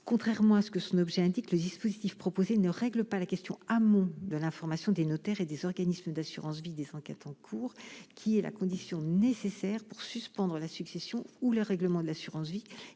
Contrairement à ce que son objet indique, le dispositif proposé ne règle pas la question en amont de l'information des notaires et des organismes d'assurance vie des enquêtes en cours, qui est la condition nécessaire pour suspendre la succession ou le règlement de l'assurance vie,